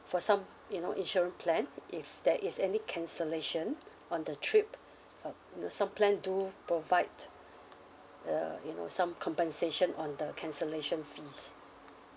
for some you know insurance plan if there is any cancellation on the trip um you know some plan do provide uh you know some compensation on the cancellation fees